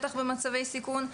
בטח במצבי סיכון,